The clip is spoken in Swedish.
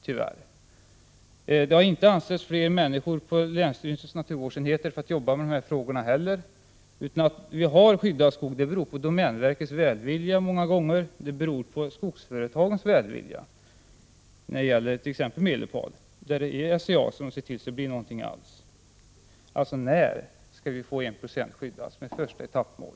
Det har inte heller anställts fler människor på länsstyrelsernas naturvårdsenheter för att jobba med de här frågorna. Att vi har skyddad skog beror många gånger på domänverkets välvilja, och det beror på skogsföretagens välvilja när det gäller t.ex. Medelpad, där det är SCA som ser till att det blir någonting över huvud taget. Alltså: När skall vi få en procent av skogen skyddad, som ett första etappmål?